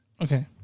Okay